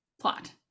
plot